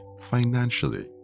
financially